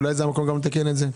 אולי זה המקום לתקן גם את זה.